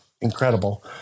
incredible